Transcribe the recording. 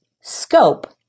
Scope